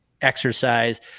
exercise